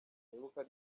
sinibuka